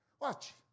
Watch